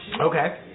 Okay